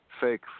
Fake